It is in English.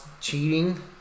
cheating